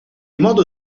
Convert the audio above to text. modo